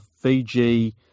Fiji